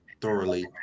thoroughly